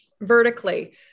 vertically